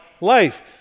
life